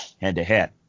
head-to-head